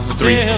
three